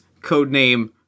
codename